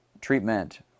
treatment